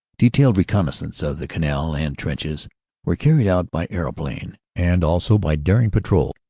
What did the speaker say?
detailed reconnaissance of the canal and trenches were carried out by aeroplane, and also by daring patrols,